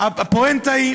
תגיע לפואנטה.